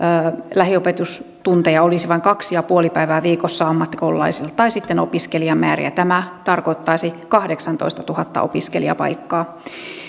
lähiopetustunteja olisi vain kaksi pilkku viisi päivää viikossa ammattikoululaisilla tai sitten opiskelijamääriä tämä tarkoittaisi kahdeksaatoistatuhatta opiskelijapaikkaa